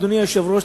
אדוני היושב-ראש,